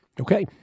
Okay